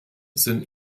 sind